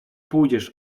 pójdziesz